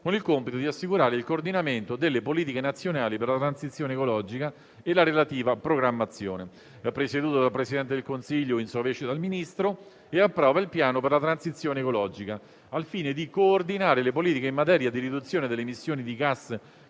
con il compito di assicurare il coordinamento delle politiche nazionali per la transizione ecologica e la relativa programmazione. È presieduto dal Presidente del Consiglio, e in sua vece dal Ministro, e approva il piano per la transizione ecologica, al fine di coordinare le politiche in materia di riduzione delle emissioni di gas